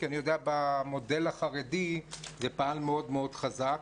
כי אני יודע שבמודל החרדי זה פעל מאוד מאוד חזק.